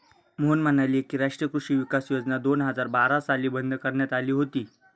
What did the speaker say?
मोहन म्हणाले की, राष्ट्रीय कृषी विकास योजना दोन हजार बारा साली बंद करण्यात आली होती